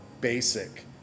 basic